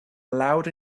loud